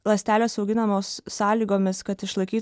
ląstelės auginamos sąlygomis kad išlaikyt